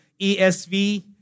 ESV